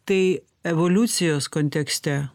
tai evoliucijos kontekste